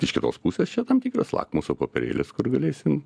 iš kitos pusės čia tam tikras lakmuso popierėlis kur galėsim